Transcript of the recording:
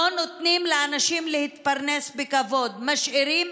לא נותנים לאנשים להתפרנס בכבוד, משאירים